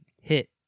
hit